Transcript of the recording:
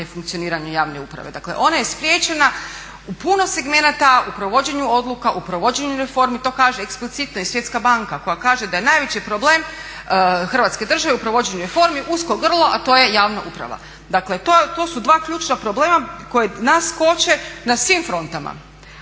nefunkcioniranjem javne uprave. Dakle, ona je spriječena u puno segmenata u provođenju odluka, u provođenju reformi. To kaže eksplicitno i Svjetska banka koja kaže da je najveći problem Hrvatske države u provođenju reformi, usko grlo, a to je javna uprava. Dakle, to su dva ključna problema koja nas koče na svim frontama.